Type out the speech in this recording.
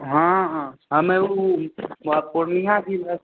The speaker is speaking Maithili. हँ हमे ओ पूर्णियाँ जिला